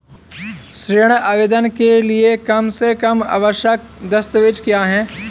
ऋण आवेदन के लिए कम से कम आवश्यक दस्तावेज़ क्या हैं?